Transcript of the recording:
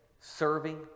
serving